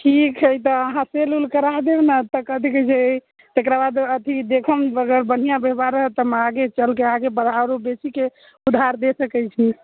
की खयतहुँ अहाँ सेल ओल करा देब ने तऽ कथी कहैत छै तेकरा बाद अथी देखम अगर बढ़िआँ व्यवहार रहत तऽ हम आगे चलिके आगे आओरो बेचीके उधार दे सकैत छी